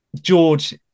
George